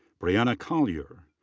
bryanna collier.